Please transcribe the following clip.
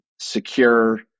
secure